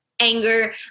Anger